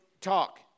talk